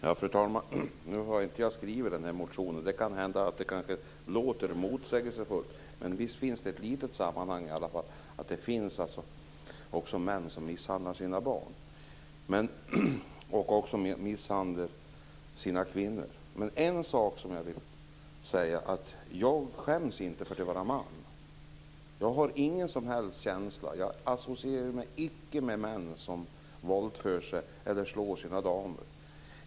Fru talman! Nu har inte jag skrivit den där motionen. Det kan hända att det kanske låter motsägelsefullt. Men visst finns det ett litet sammanhang i alla fall. Det finns män som misshandlar sina barn som också misshandlar sina kvinnor. En sak som jag vill säga är att jag inte skäms för att vara man. Jag har ingen som helst känsla för, och jag associerar mig inte med, män som våldför sig på eller slår sina damer.